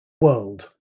world